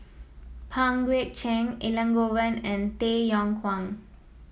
Pang Guek Cheng Elangovan and Tay Yong Kwang